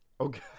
Okay